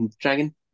Dragon